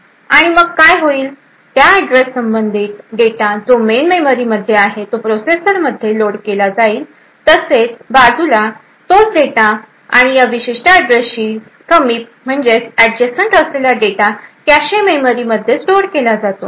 आणि मग काय होईल त्या ऍड्रेस संबंधित डेटा जो मेन मेमरीमध्ये आहे तो प्रोसेसर मध्ये लोड केला जातो तसेच बाजूलाच तोच डेटा आणि या विशिष्ट ऍड्रेसशी समीप असलेला डेटा कॅशे मेमरीमध्ये स्टोअर केला जातो